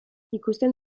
ikusten